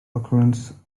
occurrence